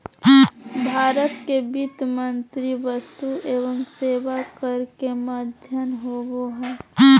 भारत के वित्त मंत्री वस्तु एवं सेवा कर के अध्यक्ष होबो हइ